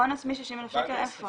הון עצמי של 60,000 שקל איפה?